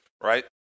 right